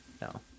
No